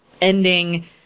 ending